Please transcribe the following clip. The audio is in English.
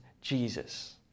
Jesus